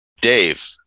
Dave